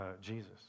Jesus